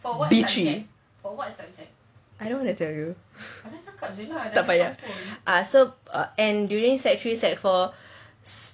B three I don't want to tell you tak payah ah so and during secondary three secondary four